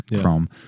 Chrome